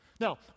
Now